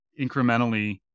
incrementally